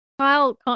Kyle